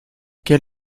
quel